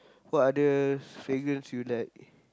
what other fragrance you like